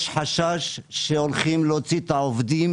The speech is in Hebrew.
יש חשש שהולכים להוציא את העובדים